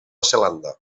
zelanda